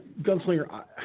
Gunslinger